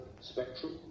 spectrum